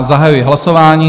Zahajuji hlasování.